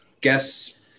Guess